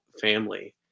family